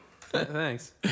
Thanks